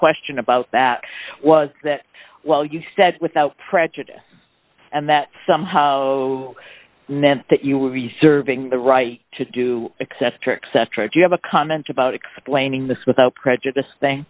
question about that was that well you said without prejudice and that somehow meant that you would be serving the right to do except except right you have a comment about explaining this without prejudice thing